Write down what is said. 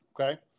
okay